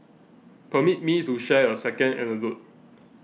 permit me to share a second anecdote